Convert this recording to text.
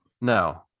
No